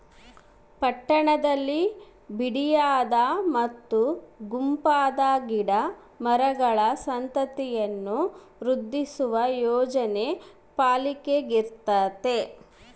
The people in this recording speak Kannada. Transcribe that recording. ಪಟ್ಟಣದಲ್ಲಿ ಬಿಡಿಯಾದ ಮತ್ತು ಗುಂಪಾದ ಗಿಡ ಮರಗಳ ಸಂತತಿಯನ್ನು ವೃದ್ಧಿಸುವ ಯೋಜನೆ ಪಾಲಿಕೆಗಿರ್ತತೆ